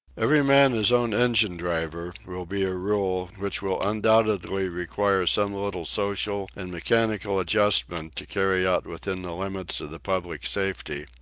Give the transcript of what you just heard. every man his own engine-driver will be a rule which will undoubtedly require some little social and mechanical adjustment to carry out within the limits of the public safety.